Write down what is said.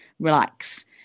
relax